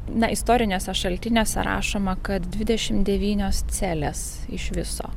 na istoriniuose šaltiniuose rašoma kad dvidešim devynios celės iš viso